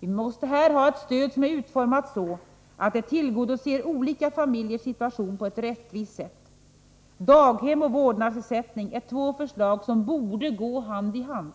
Vi måste här ha ett stöd som är utformat så att det tillgodoser olika familjers situation på ett rättvist sätt. Daghem och vårdnadsersättning är två förslag som borde gå hand i hand.